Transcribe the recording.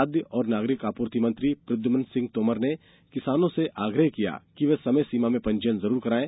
खाद्य और नागरिक आपूर्ति मंत्री प्रद्युम्न सिंह तोमर ने किसानों से आग्रह किया है कि वे समय सीमा में पंजीयन जरूर करायें